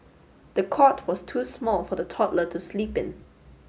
the cot was too small for the toddler to sleep in